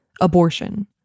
abortion